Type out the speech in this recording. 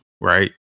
right